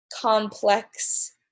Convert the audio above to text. complex